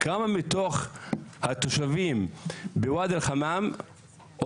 כמה מתוך התושבים בוואדי אל-חמאם או